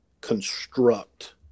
construct